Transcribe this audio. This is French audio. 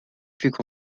contre